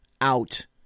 out